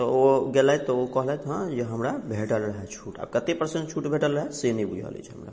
तऽ ओ गेलथि ओ कहलथि हँ हमरा भेटल रहऽ छूट आब कते पर्सेंट छूट भेटल रहऽ से नहि बुझल अछि हमरा